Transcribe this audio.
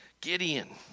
Gideon